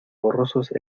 borrosos